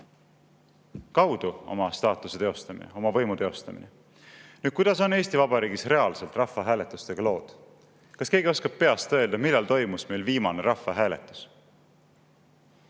kaudu oma staatuse, oma võimu teostamine. Kuidas on Eesti Vabariigis reaalselt lood rahvahääletustega? Kas keegi oskab peast öelda, millal toimus meil viimane rahvahääletus?